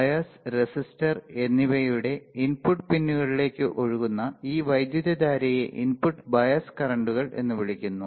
bias resistor എന്നിവയുടെ input പിന്നുകളിലേക്ക് ഒഴുകുന്ന ഈ വൈദ്യുതധാരയെ ഇൻപുട്ട് ബയസ് കറന്റുകൾ എന്ന് വിളിക്കുന്നു